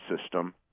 system